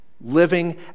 living